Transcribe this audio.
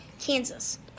Kansas